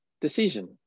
decision